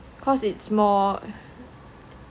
cause it's more